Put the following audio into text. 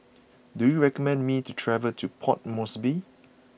do you recommend me to travel to Port Moresby